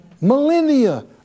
millennia